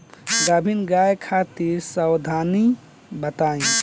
गाभिन गाय खातिर सावधानी बताई?